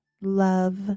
love